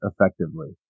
effectively